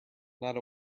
not